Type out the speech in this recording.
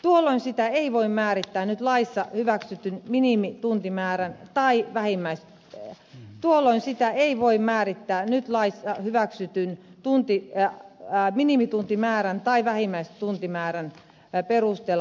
tuolloin sitä ei voi määrittää nyt laissa hyväksytyn minimituntimäärän tai vähimmäiskoo goloin sitä ei voi määrittänyt lait hyväksytyin tuntija ja raadminimituntimäärän tai vähimmäistuntimäärän perusteella